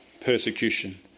persecution